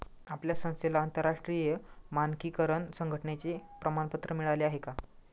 आपल्या संस्थेला आंतरराष्ट्रीय मानकीकरण संघटने चे प्रमाणपत्र मिळाले आहे का?